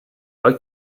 why